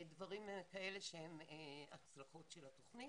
דברים כאלה שהם הצלחות של התוכנית.